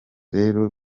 rero